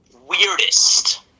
Weirdest